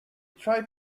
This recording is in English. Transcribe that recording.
tried